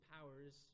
powers